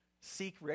Seek